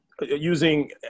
using